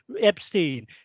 Epstein